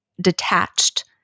detached